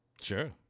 Sure